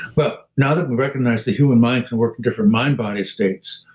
well, now that we recognize the human mind can work in different mind-body states,